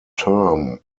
term